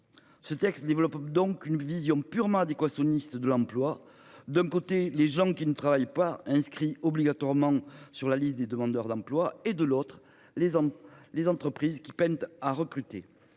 Ce texte développe une vision purement « adéquationniste » de l’emploi, avec, d’un côté, des gens qui ne travaillent pas, inscrits obligatoirement sur la liste des demandeurs d’emploi, et de l’autre, des entreprises qui peinent à recruter.